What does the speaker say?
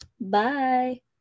Bye